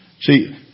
See